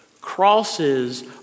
Crosses